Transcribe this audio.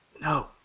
No